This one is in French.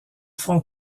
font